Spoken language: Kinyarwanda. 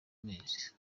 mezi